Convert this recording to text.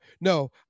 no